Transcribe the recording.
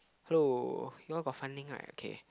hello you all got funding right okay